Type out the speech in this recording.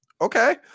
okay